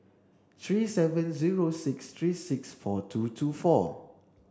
three seven zero six three six four two two four